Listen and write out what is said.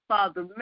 Father